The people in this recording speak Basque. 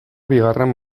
bigarren